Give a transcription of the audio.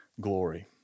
glory